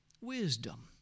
Wisdom